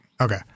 Okay